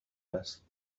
است